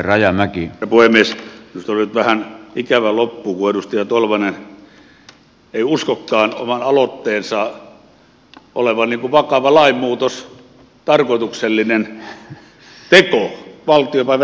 minusta tämä on nyt vähän ikävä loppu kun edustaja tolvanen ei uskokaan oman aloitteensa olevan vakava lainmuutos tarkoituksellinen valtiopäiväteko